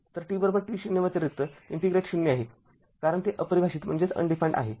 तर t t0 व्यतिरिक्त integrate ० आहे कारण ते अपरिभाषित आहे